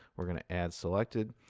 we're going to add selected.